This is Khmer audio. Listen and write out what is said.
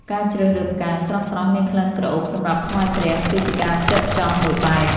ការជ្រើសរើសផ្កាស្រស់ៗមានក្លិនក្រអូបសម្រាប់ថ្វាយព្រះ គឺជាការផ្ចិតផ្ចង់មួយបែប។